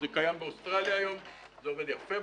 זה קיים באוסטרליה כיום ועובד שם יפה,